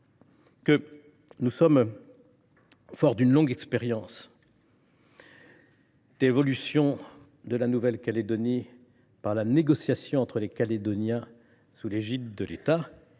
ministre, forts d’une longue expérience d’évolutions de la Nouvelle Calédonie décidées par la négociation entre les Calédoniens sous l’égide de l’État,